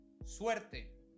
Suerte